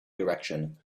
direction